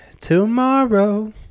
tomorrow